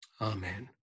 Amen